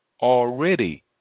already